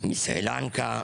מסרי לנקה.